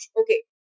okay